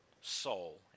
soul